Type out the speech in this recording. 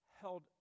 held